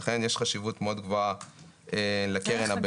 לכן, ישנה חשיבות מאוד גבוהה לקרן הביניים.